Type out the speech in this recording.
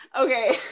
okay